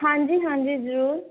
ਹਾਂਜੀ ਹਾਂਜੀ ਜ਼ਰੂਰ